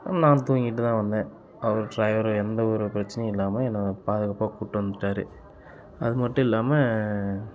நான் தூங்கிட்டுதான் வந்தேன் அவர் டிரைவர் எந்தவொரு பிரச்சினையும் இல்லாமல் என்ன பாதுகாப்பாக கூட்டி வந்துட்டார் அதுமட்டும் இல்லாமல்